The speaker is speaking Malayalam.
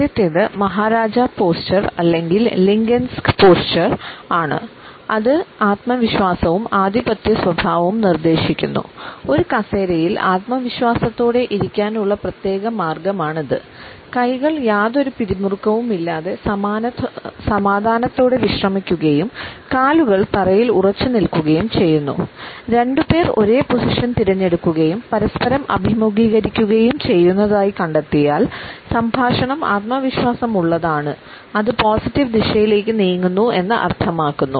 ആദ്യത്തേത് മഹാരാജ പോസ്ചർ തിരഞ്ഞെടുക്കുകയും പരസ്പരം അഭിമുഖീകരിക്കുകയും ചെയ്യുന്നതായി കണ്ടെത്തിയാൽ സംഭാഷണം ആത്മവിശ്വാസമുള്ളതാണ് അത് പോസിറ്റീവ് ദിശയിലേക്ക് നീങ്ങുന്നു എന്ന അർത്ഥമാക്കുന്നു